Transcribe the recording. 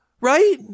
Right